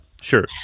sure